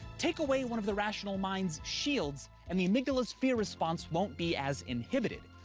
take away one of the rational mind's shields, and the amygdala's fear response won't be as inhibited.